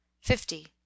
fifty